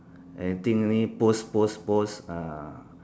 anything only post post post ah